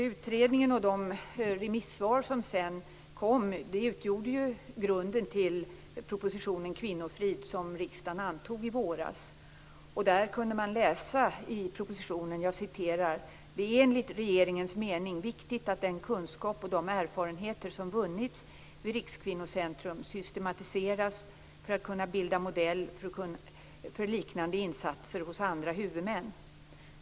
Utredningen och de remissvar som sedan kom utgjorde grunden till propositionen Kvinnofrid som riksdagen antog i våras. Där kunde man läsa: Det är enligt regeringens mening viktigt att den kunskap och de erfarenheter som vunnits vid Rikskvinnocentrum systematiseras för att kunna bilda modell för liknande insatser hos andra huvudmän.